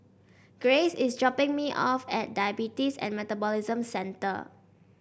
Grace is dropping me off at Diabetes and Metabolism Centre